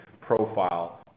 profile